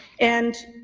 and